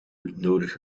nodig